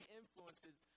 influences